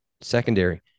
Secondary